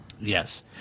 Yes